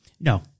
No